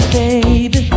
baby